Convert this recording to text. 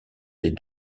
des